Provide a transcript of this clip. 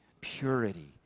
purity